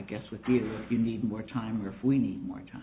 guess with you need more time or for we need more time